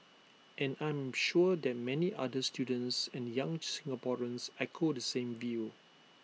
and I am sure that many other students and young Singaporeans echo the same view